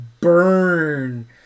burn